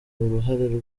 uruhare